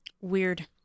weird